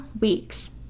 weeks